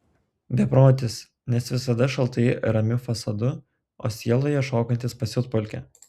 beprotis nes visada šaltai ramiu fasadu o sieloje šokantis pasiutpolkę